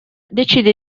decide